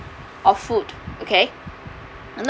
of food okay